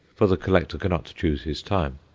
for the collector cannot choose his time.